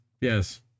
Yes